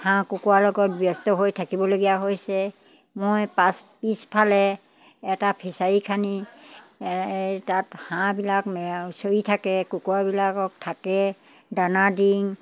হাঁহ কুকুৰাৰ লগত ব্যস্ত হৈ থাকিবলগীয়া হৈছে মই পাছ পিচফালে এটা ফিছাৰী খান্দি এই তাত হাঁহবিলাক চৰি থাকে কুকুৰাবিলাকক থাকে দানা দিং